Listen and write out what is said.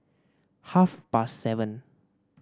half past seven